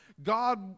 God